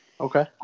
Okay